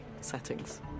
settings